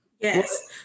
Yes